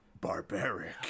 barbaric